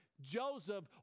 Joseph